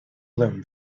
bloom